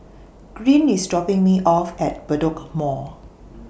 Green IS dropping Me off At Bedok Mall